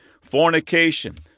fornication